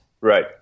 Right